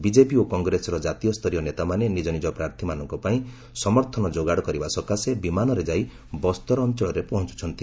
BJP ଓ କଂଗ୍ରେସର କାତୀୟସ୍ତରୀୟ ନେତାମାନେ ନିକ ନିଜ ପ୍ରାର୍ଥୀମାନଙ୍କପାଇଁ ସମର୍ଥନ ଯୋଗାଡ଼ କରିବା ସକାଶେ ବିମାନରେ ଯାଇ ବସ୍ତର ଅଞ୍ଚଳରେ ପହଞ୍ଚଳନ୍ତି